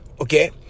okay